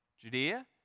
Judea